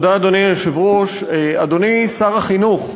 אדוני היושב-ראש, תודה, אדוני שר החינוך,